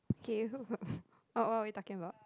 K what what are we talking about